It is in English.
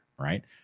right